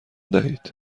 دهید